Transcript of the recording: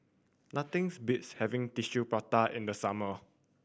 nothings beats having Tissue Prata in the summer